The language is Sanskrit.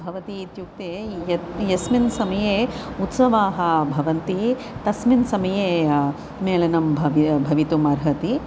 भवन्ति इत्युक्ते यद् यस्मिन् समये उत्सवाः भवन्ति तस्मिन् समये मेलनं भव्य भवितुम् अर्हति